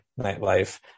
nightlife